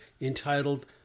entitled